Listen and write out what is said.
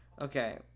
Okay